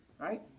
right